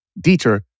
Dieter